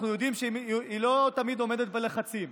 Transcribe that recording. אנחנו יודעים שהיא לא תמיד עומדת בלחצים,